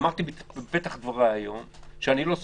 אמרתי בפתח דבריי היום שאני לא סומך,